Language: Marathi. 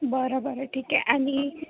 बरं बरं ठीक आहे आणि